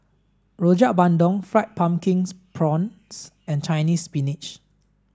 Rojak Bandung fried pumpkin prawns and Chinese spinach